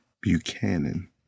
Buchanan